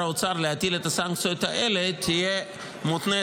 האוצר להטיל את הסנקציות האלו תהיה מותנית,